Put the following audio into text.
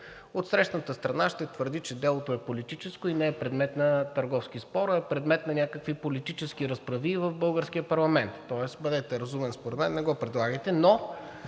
отсрещната страна ще твърди, че делото е политическо и не е предмет на търговски спор, а е предмет на някакви политически разправии в българския парламент, тоест бъдете разумен според мен и не го предлагайте, но